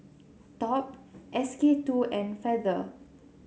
Top S K two and Feather